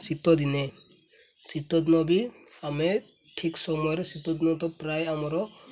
ଶୀତଦିନେ ଶୀତଦିନ ବି ଆମେ ଠିକ୍ ସମୟରେ ଶୀତଦିନ ତ ପ୍ରାୟ ଆମର